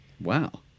Wow